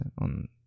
on